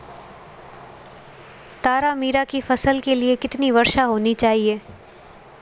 तारामीरा की फसल के लिए कितनी वर्षा होनी चाहिए?